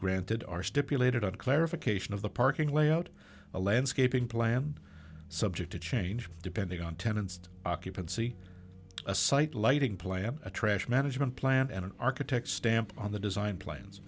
granted are stipulated a clarification of the parking layout a landscaping plan subject to change depending on tenants occupancy a site lighting play a trash management plan and an architect stamp on the design plan